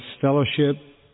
fellowship